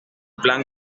plan